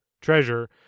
treasure